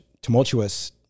tumultuous